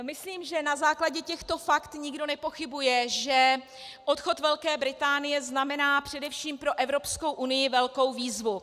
Myslím, že na základě těchto fakt nikdo nepochybuje, že odchod Velké Británie znamená především pro Evropskou unii velkou výzvu.